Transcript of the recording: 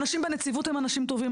האנשים בנציבות הם אנשים טובים,